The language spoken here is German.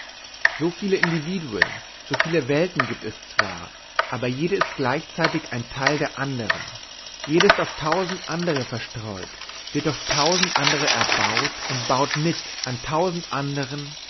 superkluger soviele individuen soviele welten gibt es zwar aber jede ist gleichzeitig ein teil der andern jede ist auf tausend andere verstreut wird durch tausend andere erbaut und baut mit an tausend anderen